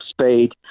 speed